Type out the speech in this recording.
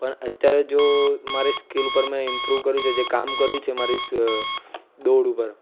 પણ અત્યારે જો મારે સ્કિલ ઉપર મેં ઇમ્પ્રુવ કર્યું છે જે જે કામ કર્યું છે મારી દોડ ઉપર